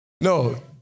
No